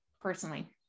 personally